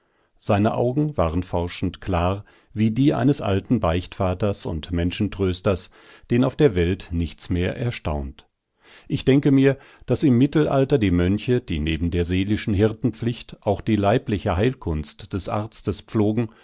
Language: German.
seine augen waren forschend klar wie die eines alten beichtvaters und menschentrösters den auf der welt nichts mehr erstaunt ich denke mir daß im mittelalter die mönche die neben der seelischen hirtenpflicht auch die leibliche heilkunst des arztes pflogen